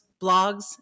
Blogs